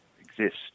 exist